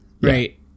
right